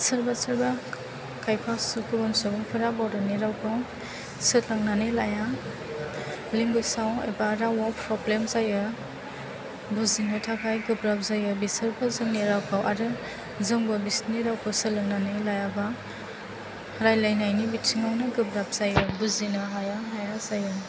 सोरबा सोरबा खायफा गुबुन सुबुंफोरा बर'नि रावखौ सोलोंनानै लाया लिंगुइसाव एबा रावाव फ्रब्लेम जायो बुजिनो थाखाय गोब्राब जायो बेसोरबो जोंनि रावखौ आरो जोंबो बिसिनि रावखौ सोलोंनानै लायाबा रायलायनायनि बिथिङावनो गोब्राब जायो बुजिनो हाया हाया जायो